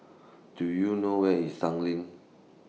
Do YOU know Where IS Tanglin